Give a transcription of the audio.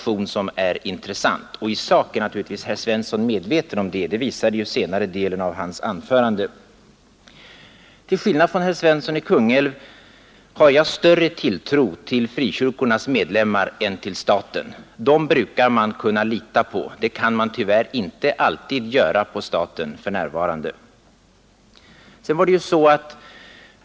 I sak är naturligtvis även herr Svensson medveten om det. Till skillnad från herr Svensson har jag större tilltro till frikyrkornas medlemmar än till staten. Dem brukar man kunna lita på; det kan man för närvarande tyvärr inte alltid göra på staten.